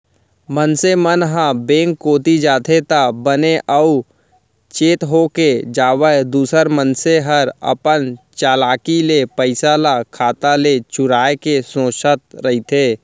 मनसे मन ह बेंक कोती जाथे त बने साउ चेत होके जावय दूसर मनसे हर अपन चलाकी ले पइसा ल खाता ले चुराय के सोचत रहिथे